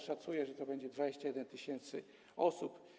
Szacuje, że to będzie 21 tys. osób.